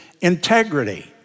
integrity